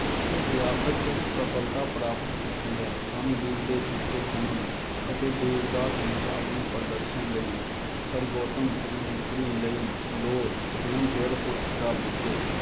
ਉਸ ਦੇ ਵਿਆਪਕ ਸਫਲਤਾ ਪ੍ਰਾਪਤ ਕੀਤੀ ਹੈ ਹਮ ਦਿਲ ਦੇ ਚੁਕੇ ਸਨਮ ਅਤੇ ਦੇਵਦਾਸ ਵਿੱਚ ਆਪਣੇ ਪ੍ਰਦਰਸ਼ਨ ਲਈ ਸਰਵੋਤਮ ਅਭਿਨੇਤਰੀ ਲਈ ਦੋ ਫਿਲਮਫੇਅਰ ਪੁਰਸਕਾਰ ਜਿੱਤੇ